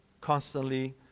constantly